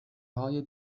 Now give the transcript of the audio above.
های